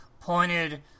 pointed